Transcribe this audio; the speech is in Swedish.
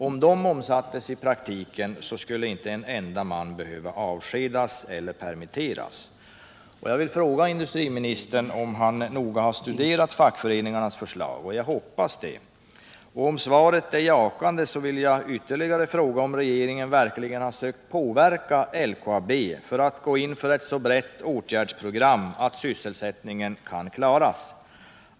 Om de omsattes i praktiken skulle inte en enda man behöva avskedas eller permitteras. Jag vill fråga industriministern om han noga har studerat fackföreningarnas förslag. Jag hoppas det. Om svaret är jakande vill jag ytterligare fråga om regeringen verkligen sökt påverka LKAB att gå in för ett så brett åtgärdsprogram att sysselsättningen kan klaras.